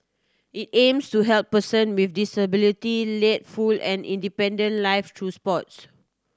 it aims to help person with disability lead full and independent lives through sports